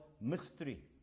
mystery